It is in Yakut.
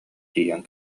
тиийэн